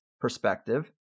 perspective